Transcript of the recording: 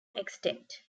extent